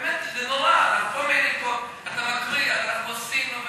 באמת זה נורא, אתה מקריא: אנחנו עושים.